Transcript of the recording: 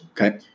Okay